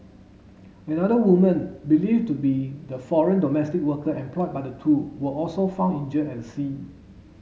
another woman believed to be the foreign domestic worker employed by the two was also found injured at the scene